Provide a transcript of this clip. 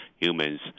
human's